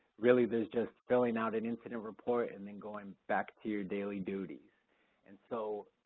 really there's just filling out an incident report and then going back to your daily duties and so,